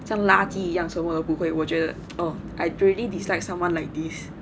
像垃圾一样什么都不会我觉得 um I really dislike someone like this